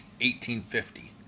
1850